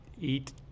eat